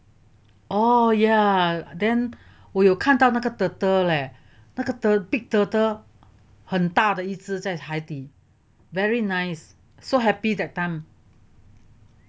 oh ya then 我有看到那个 turtle leh 那个那个 big turtle 很大的一只在海底 very nice so happy that time